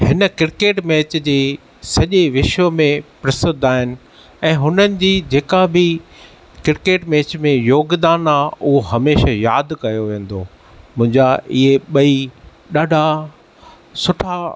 हिन cricket match जे सॼे विश्व में प्रसिद्ध आहिनि ऐं हुननि जी जेका बि क्रिकेट मैच में योगदानु आहे उहो हमेशा यादि कयो वेंदो मुंहिंजा इहे ॿई ॾाढा सुठा